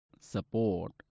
support